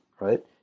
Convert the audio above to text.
right